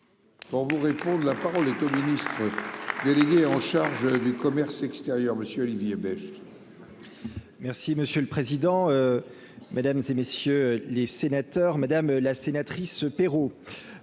On vous réponde, la parole était ministre délégué en charge. Commerce extérieur monsieur Olivier Beck. Merci monsieur le président, Mesdames et messieurs les sénateurs, madame la sénatrice Pérou